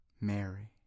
Mary